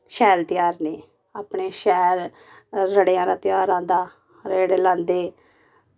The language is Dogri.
शैल ध्यार न अपने शैल राह्ड़ेंआं दा ध्यार आंदा राह्ड़े लांदे